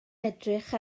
edrych